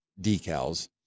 decals